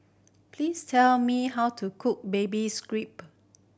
please tell me how to cook baby